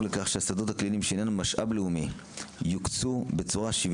לכך שהשדות הקליניים שהם משאב לאומי יוקצו בצורה שקופה,